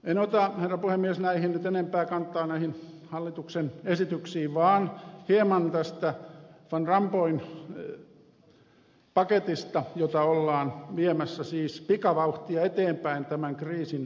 en ota herra puhemies näihin hallituksen esityksiin nyt enempää kantaa vaan puhun hieman tästä van rompuyn paketista jota ollaan viemässä siis pikavauhtia eteenpäin tämän kriisin ratkaisemiseksi